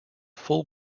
full